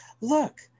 Look